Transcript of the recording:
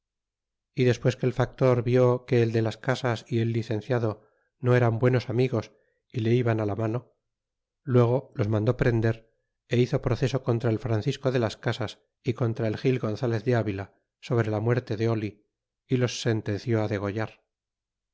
y despues que el factor vió que el de las casas y el licenciado no eran buenos amigos y le iban á la mano luego los mandó prender a hizo proceso contra el francisco de las casas y contra el gil gonzalez de avila sobre la muerte de oil y los sentenció á degollar